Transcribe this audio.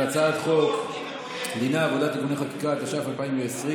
על הצעת חוק, מרגי, ארגוני העובדים הם אויב.